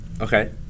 Okay